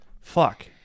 Fuck